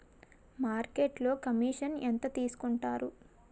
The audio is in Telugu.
మార్కెట్లో కమిషన్ ఎంత తీసుకొంటారు?